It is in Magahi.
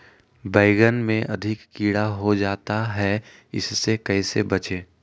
बैंगन में अधिक कीड़ा हो जाता हैं इससे कैसे बचे?